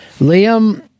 Liam